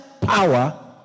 power